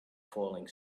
falling